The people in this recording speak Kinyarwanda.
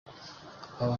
aba